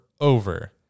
over